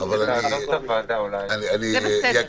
כי הם בחרו בדרך אנשי ציבור,